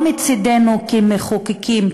לא מצדנו כמחוקקים,